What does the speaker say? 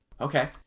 okay